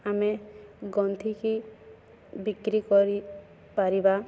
ଆମେ ଗନ୍ଥିକି ବିକ୍ରି କରିପାରିବା